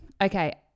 okay